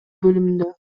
бөлүмүндө